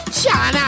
China